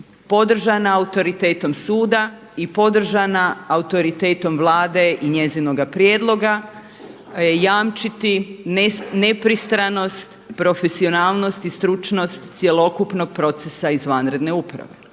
podržana autoritetom suda i podržana autoritetom Vlade i njezinoga prijedloga jamčiti nepristranost, profesionalnost i stručnost cjelokupnog procesa izvanredne uprave.